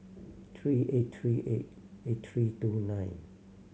three eight three eight eight three two nine